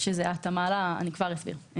אני כבר אסביר.